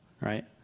right